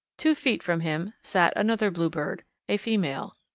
two feet from him sat another bluebird a female.